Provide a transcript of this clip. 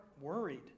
worried